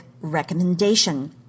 recommendation